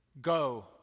Go